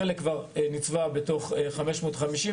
חלק נצבע בתוך 550,